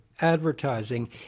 advertising